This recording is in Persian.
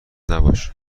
نباش